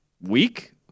week